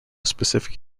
specific